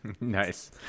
Nice